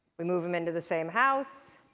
we move them into the same house,